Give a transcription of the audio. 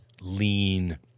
lean